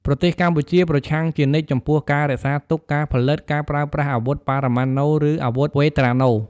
ប្រទេសកម្ពុជាប្រឆាំងជានិច្ចចំពោះការរក្សាទុក ការផលិត ការប្រើប្រាស់អាវុធ បរិមាណូ ឬអាវុធវេត្រាណូ។